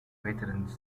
veterans